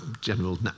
general